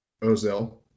Ozil